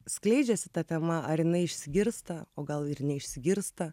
skleidžiasi ta tema ar jinai išsigirsta o gal ir neišsigirsta